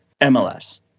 MLS